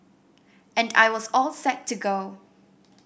and I was all set to go